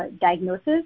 diagnosis